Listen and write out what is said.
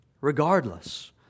Regardless